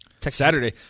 Saturday